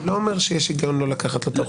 אני לא אומר לא לקחת לו את הרכוש.